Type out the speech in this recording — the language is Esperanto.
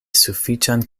sufiĉan